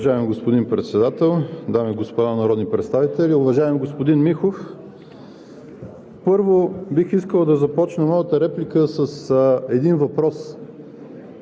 Уважаеми господин Председател, дами и господа народни представители! Уважаеми господин Михов, първо, бих искал да започна моята реплика с един въпрос: